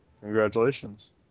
Congratulations